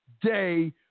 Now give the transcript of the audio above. day